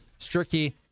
Stricky